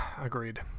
agreed